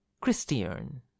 Christian